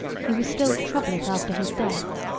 he was still to trouble it after his death.